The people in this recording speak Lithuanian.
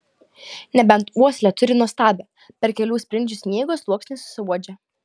nebent uoslę turi nuostabią per kelių sprindžių sniego sluoksnį suuodžia